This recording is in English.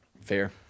Fair